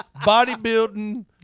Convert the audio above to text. bodybuilding